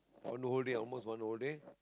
one whole day almost one whole day